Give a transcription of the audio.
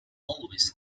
always